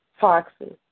foxes